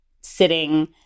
sitting